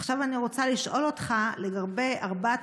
עכשיו אני רוצה לשאול אותך לגבי ארבעת